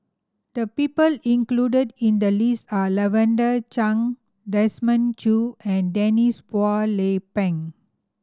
the people included in the list are Lavender Chang Desmond Choo and Denise Phua Lay Peng